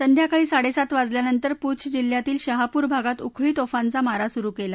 सध्याकाळी साडे सात वाजल्यानंतर पुछ जिल्ह्यातील शहापूर भागात उखळी तोफांचा मारा सुरु केला